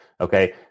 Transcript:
Okay